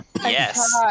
yes